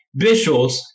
visuals